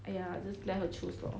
!aiya! just let her choose lor